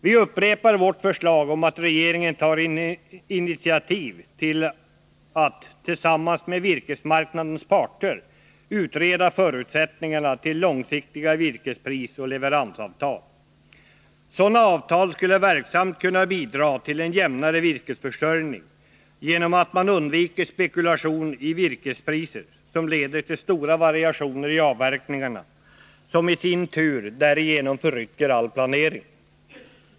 Vi upprepar vårt förslag om att regeringen tar initiativ till att tillsammans med virkesmarknadens parter utreda förutsättningarna för långsiktiga virkesprisoch leveransavtal. Sådana avtal skulle verksamt kunna bidra till en jämnare virkesförsörjning genom att man undviker spekulation i virkespriser. Sådan spekulation leder till stora variationer i avverkningarna, vilket i sin tur förrycker all planering.